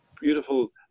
beautiful